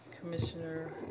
Commissioner